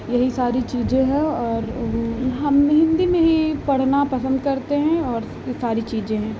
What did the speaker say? यही सारी चीज़ें हैं और हम हिन्दी में ही पढ़ना पसन्द करते हैं और सारी चीज़ें हैं